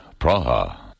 Praha